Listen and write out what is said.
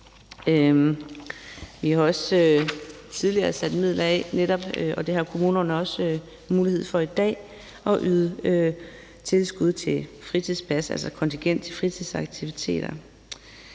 Vi har også tidligere sat midler af, og kommunerne har også mulighed for i dag at yde yderligere tilskud til fritidspladser, altså til kontingent til fritidsaktiviteter.